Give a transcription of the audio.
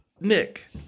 nick